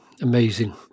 Amazing